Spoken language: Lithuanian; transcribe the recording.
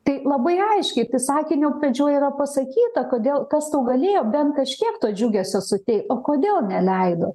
tai labai aiškiai sakinio pradžioj yra pasakyta kodėl kas tau galėjo bent kažkiek to džiugesio suteikt o kodėl neleidot